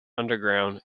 underground